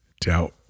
doubt